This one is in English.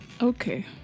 Okay